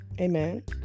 Amen